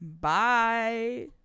Bye